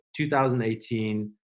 2018